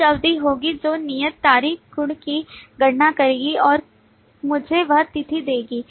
कुछ विधि होगी जो नियत तारीख गुणकी गणना करेगी और मुझे वह तिथि देगी